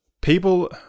people